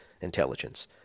intelligence